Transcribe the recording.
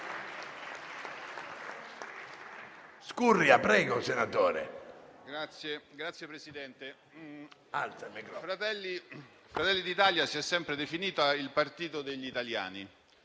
il Gruppo Fratelli d'Italia si è sempre definito il partito degli italiani